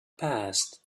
passed